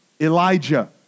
Elijah